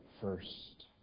first